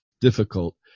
difficult